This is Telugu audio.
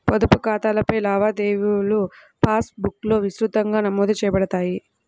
పొదుపు ఖాతాలపై లావాదేవీలుపాస్ బుక్లో విస్తృతంగా నమోదు చేయబడతాయి